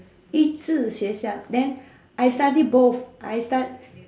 益智学校 then I study both I stud~